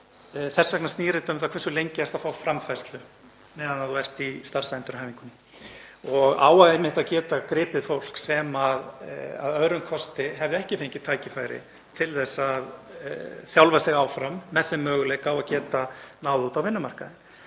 Þess vegna snýst þetta um það hversu lengi þú átt að fá framfærslu meðan þú ert í starfsendurhæfingunni og á einmitt að geta gripið fólk sem að öðrum kosti hefði ekki fengið tækifæri til að þjálfa sig áfram með þeim möguleika að geta náð út á vinnumarkaðinn.